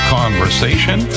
conversation